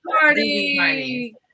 party